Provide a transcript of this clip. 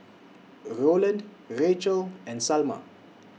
Roland Racheal and Salma